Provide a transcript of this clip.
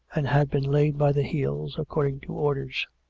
and had been laid by the heels according to orders,